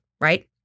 right